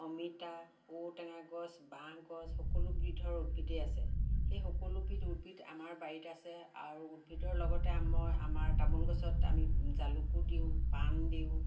অমিতা ঔ টেঙা গছ বাঁহ গছ সকলোবিধৰ উদ্ভিদেই আছে এই সকলোবিধ উদ্ভিদ আমাৰ বাৰীত আছে আৰু উদ্ভিদৰ লগতে মই আমাৰ তামোলগছত আমি জালুকো দিওঁ পাণো দিওঁ